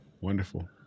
wonderful